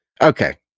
Okay